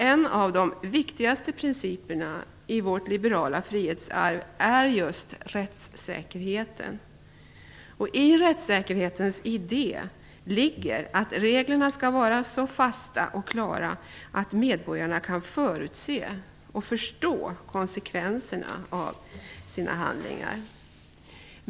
En av de viktigaste principerna i vårt liberala frihetsarv är just rättssäkerheten. I rättssäkerhetens idé ligger att reglerna skall vara så fasta och klara att medborgarna kan förutse och förstå konsekvenserna av sina handlingar.